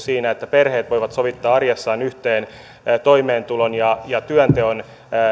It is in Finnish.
perheet voivat sovittaa arjessaan yhteen toimeentulon ja ja työnteon